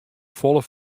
folle